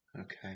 okay